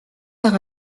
par